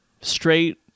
straight